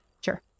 Sure